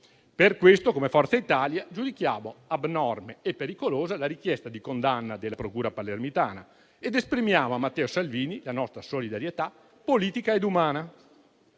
Per questo, come Forza Italia giudichiamo abnorme e pericolosa la richiesta di condanna della procura palermitana ed esprimiamo a Matteo Salvini la nostra solidarietà politica ed umana.